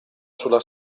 sulla